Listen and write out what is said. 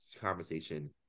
conversation